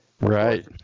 Right